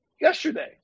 yesterday